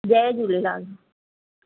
Jay Jhulelal